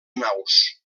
naus